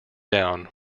down